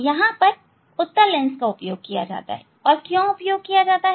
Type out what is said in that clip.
यहां उत्तल लेंस का उपयोग किया जाता है और क्यों उपयोग किया जाता है